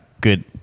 good